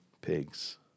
pigs